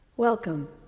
Welcome